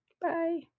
Bye